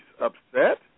upset